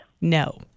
no